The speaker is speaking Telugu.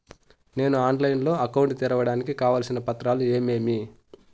నేను ఆన్లైన్ లో అకౌంట్ తెరవడానికి కావాల్సిన పత్రాలు ఏమేమి?